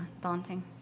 daunting